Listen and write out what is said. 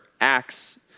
acts